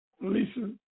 Lisa